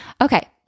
okay